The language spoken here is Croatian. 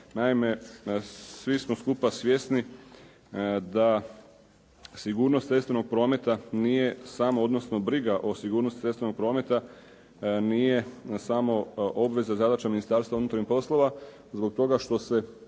Naime svi smo skupa svjesni da sigurnost cestovnog prometa nije samo, odnosno briga o sigurnosti cestovnog prometa, nije samo obveza, zadaća Ministarstva unutarnjih poslova zbog toga što se